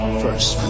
first